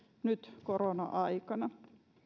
nyt korona aikana